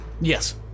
Yes